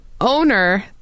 owner